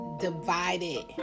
Divided